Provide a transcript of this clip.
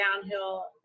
downhill